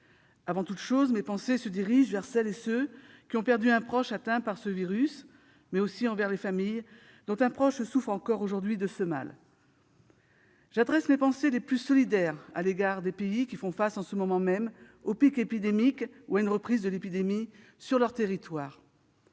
Avant toute chose, mes pensées se dirigent vers celles et ceux qui ont perdu un proche atteint par ce virus, mais aussi vers les familles dont un proche souffre encore aujourd'hui de ce mal. J'adresse mes pensées les plus solidaires aux pays qui font face en ce moment même au pic épidémique ou à une reprise de l'épidémie sur leur territoire.